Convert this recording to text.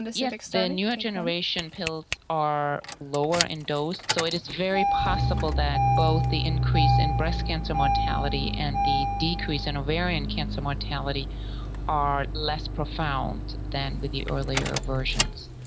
yes, the newer generation pills are lower in dose, so it's very possible that both the increase in breast cancer mortality and the decrease in and ovarian cancer mortality are less profound than with the earlier versions.